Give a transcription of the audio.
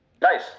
Nice